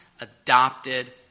adopted